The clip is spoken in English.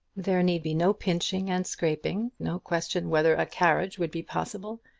there need be no pinching and scraping, no question whether a carriage would be possible,